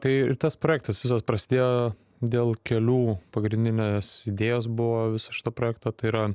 tai ir tas projektas visos prasidėjo dėl kelių pagrindinės idėjos buvo viso šito projekto tai yra